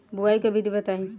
बुआई के विधि बताई?